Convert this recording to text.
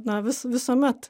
na vis visuomet